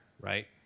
right